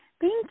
Thank